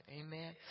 Amen